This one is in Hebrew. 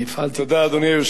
תודה רבה.